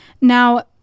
now